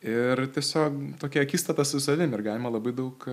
ir tiesiog tokia akistata su savim ir galima labai daug